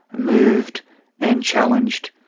moved and challenged.